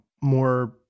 more